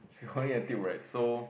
she holding a tilt rack so